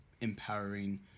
empowering